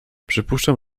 przypuszczam